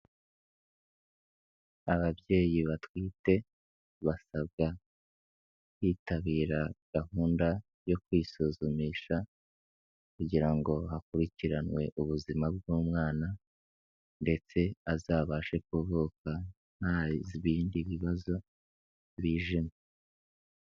Ababyeyi batwite basabwa kwitabira gahunda yo kwisuzumisha kugira ngo hakurikiranwe ubuzima bw'umwana ndetse azabashe kuvuka nta bindi bibazo bijemo.